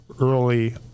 early